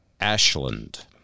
Ashland